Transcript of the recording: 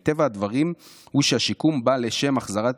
מטבע הדברים הוא שהשיקום בא לשם החזרת